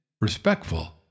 respectful